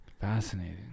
Fascinating